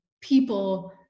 people